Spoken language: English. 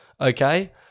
okay